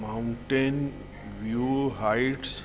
mountain view heights